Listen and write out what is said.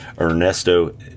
ernesto